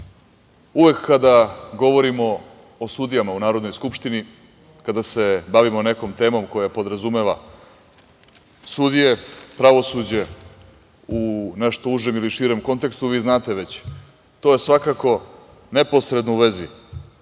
uvek kada govorimo o sudijama u Narodnoj skupštini, kada se bavimo nekom temom koja podrazumeva sudije, pravosuđe, u nešto užem ili širem kontekstu, vi znate već, to je svakako neposredno u vezi